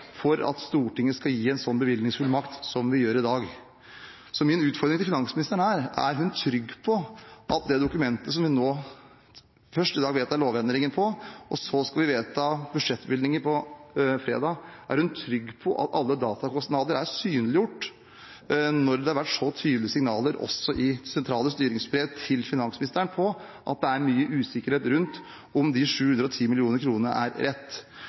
for at Stortinget skal gi en sånn bevilgningsfullmakt som vi gir i dag. Jeg har en utfordring til finansministeren. Først skal vi i dag vedta en lovendring – på bakgrunn av det dokumentet – og så skal vi vedta budsjettbevilgninger på fredag. Er finansministeren trygg på at alle datakostnader er synliggjort, når det har vært så tydelige signaler, også i sentrale styringsbrev til finansministeren, om at det er mye usikkerhet knyttet til om 710 mill. kr er rett?